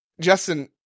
Justin